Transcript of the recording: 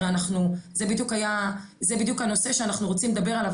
הרי זה בדיוק הנושא שאנחנו רוצים לדבר עליו